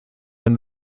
when